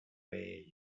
way